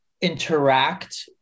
interact